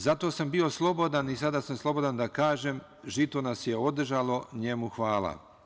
Zato sam bio slobodan i sada sam slobodan da kažem - žito nas je održalo, njemu hvala.